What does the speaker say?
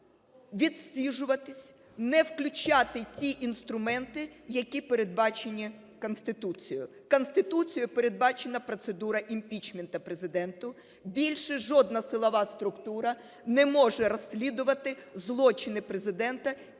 відсиджуватися, не включати ті інструменти, які передбачені Конституцією. Конституцією передбачена процедура імпічменту Президенту, більше жодна силова структура не може розслідувати злочини Президента,